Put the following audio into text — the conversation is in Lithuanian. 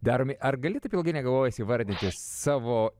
daromi ar gali taip ilgai negalvojęs įvardyti savo